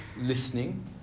listening